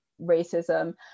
racism